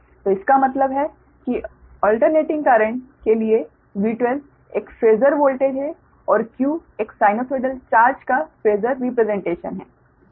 तो इसका मतलब है कि आल्टर्नेटिंग करेंट के लिए V12 एक फेसर वोल्टेज है और q एक साइनसोइडल चार्ज का फेसर रिप्रेसेंटशन है